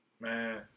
Man